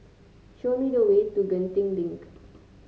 show me the way to Genting Link